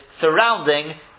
surrounding